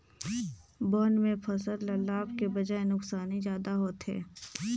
बन में फसल ल लाभ के बजाए नुकसानी जादा होथे